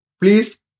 please